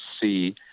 see